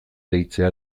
deitzea